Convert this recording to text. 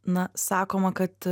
na sakoma kad